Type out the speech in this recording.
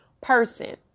person